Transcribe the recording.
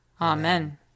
Amen